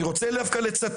אני רוצה לצטט